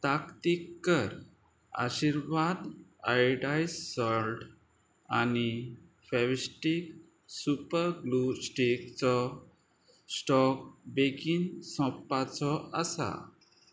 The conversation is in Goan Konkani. ताकतीक कर आशिर्वाद आयोडायज्ड सॉल्ट आनी फेविस्टीक सुपर ग्लू स्टीकचो स्टॉक बेगीन सोंपपाचो आसा